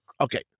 okay